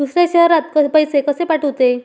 दुसऱ्या शहरात पैसे कसे पाठवूचे?